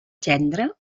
gendre